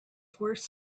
force